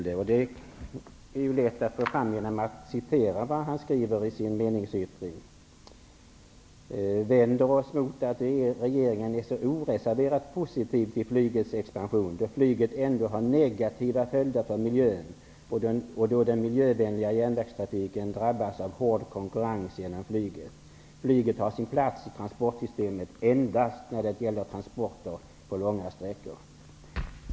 Det är lätt att illustrera genom att läsa upp vad han skriver i sin meningsyttring: Vi vänder oss emot att regeringen är så oreserverat positiv till flygets expansion, då flyget ändå har negativa följder för miljön och då den miljövänliga järnvägstrafiken drabbas av hård konkurrens genom flyget. Flyget har sin plats i transportsystemet endast när det gäller transporter på långa sträckor.